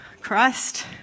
Christ